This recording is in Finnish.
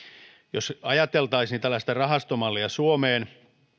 jos ajateltaisiin tällaista rahastomallia suomeen